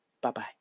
Bye-bye